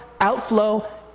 outflow